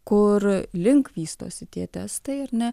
kur link vystosi tie testai ar ne